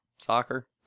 Soccer